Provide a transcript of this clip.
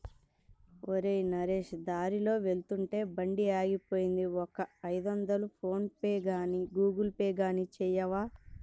ఒరేయ్ నరేష్ దారిలో వెళ్తుంటే బండి ఆగిపోయింది ఒక ఐదొందలు ఫోన్ పేగానీ గూగుల్ పే గానీ చేయవా